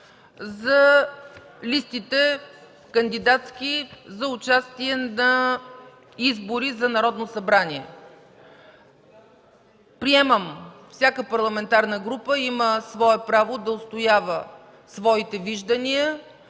кандидатските листи за участие на избори за Народно събрание. Приемам – всяка парламентарна група има право да отстоява своите виждания,